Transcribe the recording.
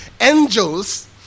angels